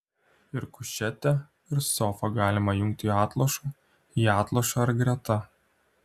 ir kušetę ir sofą galima jungti atlošu į atlošą ar greta